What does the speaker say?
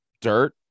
dirt